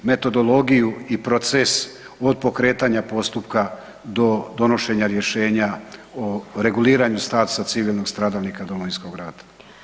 Metodologiju i proces od pokretanja postupka do donošenja rješenja o reguliranja statusa civilnog stradalnika Domovinskog rata.